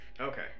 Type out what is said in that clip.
Okay